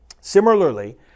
Similarly